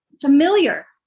familiar